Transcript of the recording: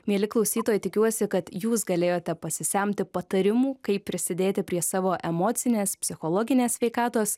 mieli klausytojai tikiuosi kad jūs galėjote pasisemti patarimų kaip prisidėti prie savo emocinės psichologinės sveikatos